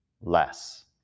less